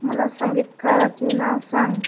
मला संगीतकाराचे नाव सांग